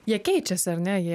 jie keičiasi ar ne jie